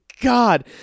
God